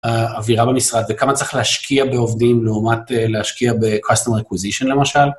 האווירה במשרד וכמה צריך להשקיע בעובדים לעומת להשקיע ב-customer acquisition למשל.